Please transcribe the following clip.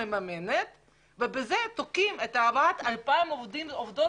מממנת וכך תוקעים את הבאת 2,000 העובדות